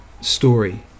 story